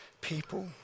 people